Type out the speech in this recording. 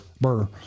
Burr